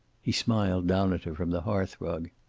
he smiled down at her from the hearth-rug.